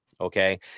Okay